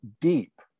deep